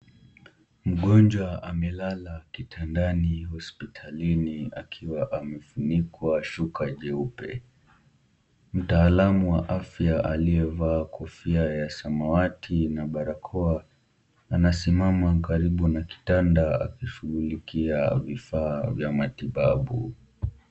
Mgonjwa amelala kitandani hospitalini akiwa amefunikwa shuka jeupe . Mtaalamu wa afya aliyevaa kofia ya samawati na barakoa anasimama karibu na kitanda akishugulikia vifaa vya matibabu.